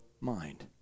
mind